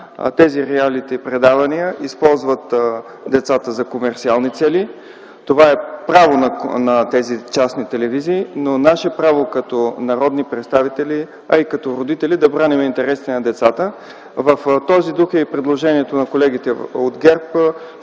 Тези реалити-предавания използват децата за комерсиални цели. Това е право на тези частни телевизии, но наше право като народни представители, а и като родители е да браним интересите на децата. В този дух е предложението на колегите от ГЕРБ.